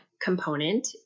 component